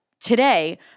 Today